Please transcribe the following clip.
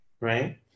right